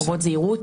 חובות זהירות.